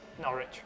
Norwich